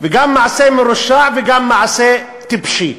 וגם מעשה מרושע וגם מעשה טיפשי.